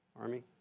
Army